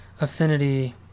affinity